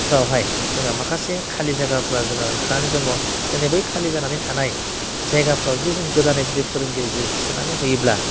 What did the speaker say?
फ्रावहाय जोंहा माखासे खालि जायगाफोरा जोङा ओंखारनानै दङ दिनै बै खालि जानानै थानाय जायगाफोराव जुदि जों गोदानै फोरोंगिरि थिसन्नानै होयोब्ला